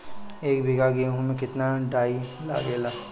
एक बीगहा गेहूं में केतना डाई लागेला?